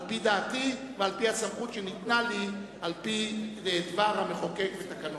על-פי דעתי ועל-פי הסמכות שניתנה לי על-פי דבר המחוקק בתקנון.